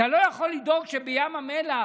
אתה לא יכול לדאוג שבים המלח,